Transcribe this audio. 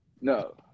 No